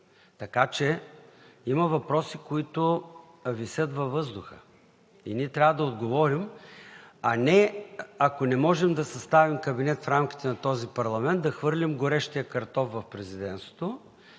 Така че има въпроси, които висят във въздуха, и ние трябва да отговорим, а не – ако не можем да съставим кабинет в рамките на този парламент, да хвърлим горещия картоф в Президентството